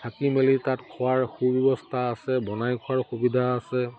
থাকি মেলি তাত খোৱাৰ সু ব্যৱস্থা আছে বনাই খোৱাৰ সুবিধা আছে